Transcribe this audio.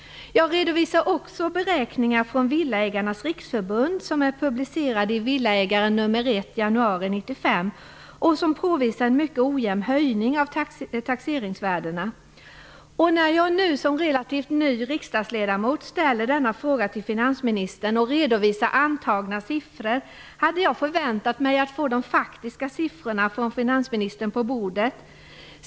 Jag redovisar också beräkningar från Villaägarnas riksförbund som är publicerade i Villaägaren nr 1 januari 1995 och som påvisar en mycket ojämn höjning av taxeringsvärdena. När jag nu som relativt ny riksdagsledamot ställer denna fråga till finansministern och redovisar antagna siffror hade jag förväntat mig få de faktiska siffrorna från finansministern på bordet.